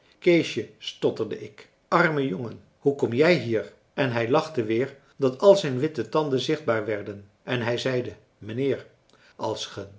keesje stotterde ik arme jongen hoe kom jij hier en hij lachte weer dat al zijn witte tanden zichtbaar werden en hij zeide mijnheer als ge